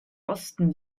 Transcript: osten